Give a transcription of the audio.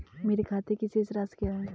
मेरे खाते की शेष राशि क्या है?